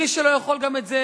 מי שלא יכול גם את זה,